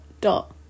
dot